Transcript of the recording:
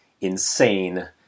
insane